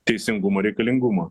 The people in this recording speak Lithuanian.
teisingumą reikalingumą